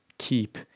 Keep